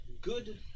good